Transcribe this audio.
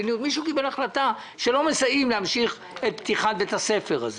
יוכלו להיכנס לעניין של השיפוצים כדי שבית הספר לא ייסגר.